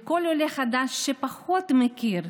וכל עולה חדש שפחות מכיר,